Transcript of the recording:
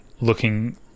looking